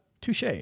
touche